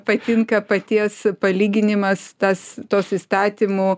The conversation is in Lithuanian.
patinka paties palyginimas tas tos įstatymo